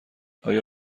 آیا